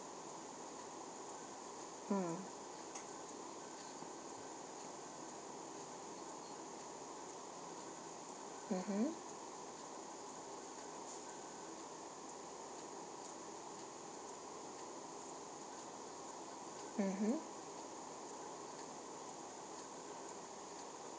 mm mmhmm mmhmm